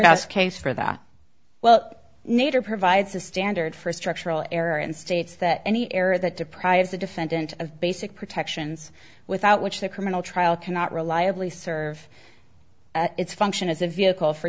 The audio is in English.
notes case for that well nature provides a standard for structural error and states that any error that deprives the defendant of basic protections without which the criminal trial cannot reliably serve it's function as a vehicle for